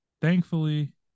Thankfully